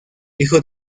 hijo